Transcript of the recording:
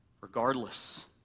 Regardless